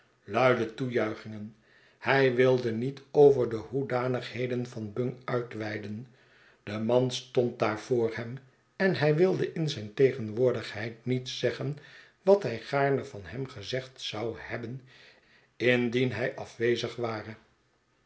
hij wilde niet over de hoedanigheden van bung uitweiden de man stond daar voor hem en hij wilde in zijn tegenwoordigheid niet zeggen wat hij gaarne van hem gezegd zou hebben indien hij afwezig ware